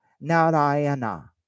Narayana